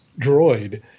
droid